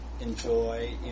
enjoy